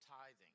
tithing